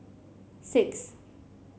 six